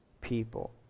people